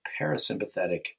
parasympathetic